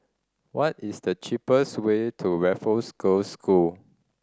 what is the cheapest way to Raffles Girls' School